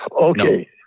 Okay